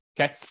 Okay